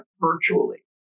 virtually